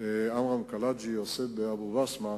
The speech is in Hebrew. של עמרם קלעג'י באבו-בסמה,